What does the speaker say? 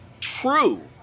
true